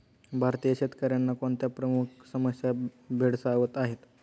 भारतीय शेतकऱ्यांना कोणत्या प्रमुख समस्या भेडसावत आहेत?